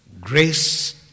Grace